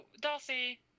darcy